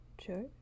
sure